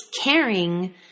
caring